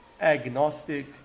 agnostic